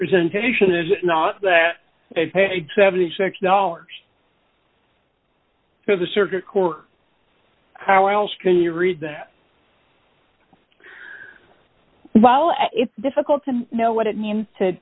representation is it not that they paid seventy six dollars for the circuit court how else can you read that well it's difficult to know what it means to